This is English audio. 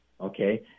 Okay